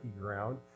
ground